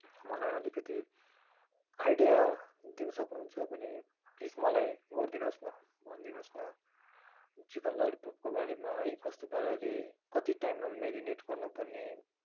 मलाई अलिकति आइडिया दिन सक्नुहुन्छ भने प्लिज मलाई गरिदिनुहोस् न भनिदिनुहोस् न चिकन ललिपपको बारेमा है कस्तो पाराले कति टाइममा मेरिनेट गर्नुपर्ने